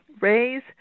raise